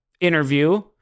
interview